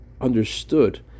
understood